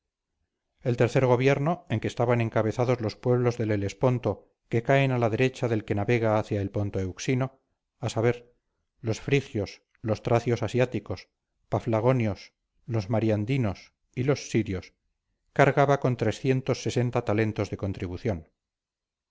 el tercer gobierno en que estaban encabezados los pueblos del helesponto que caen a la derecha del que navega hacia el ponto euxino a saber los frigios los tracios asiáticos paflagonios los mariandinos y los sirios cargaba con talentos de contribución